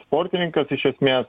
sportininkas iš esmės